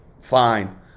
Fine